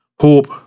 hope